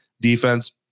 defense